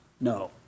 No